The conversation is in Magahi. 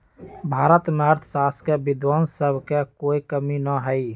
भारत में अर्थशास्त्र के विद्वान सब के कोई कमी न हई